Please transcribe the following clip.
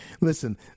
Listen